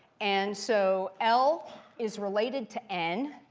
and so l is related to n.